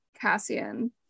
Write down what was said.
Cassian